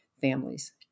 families